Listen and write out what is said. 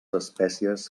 espècies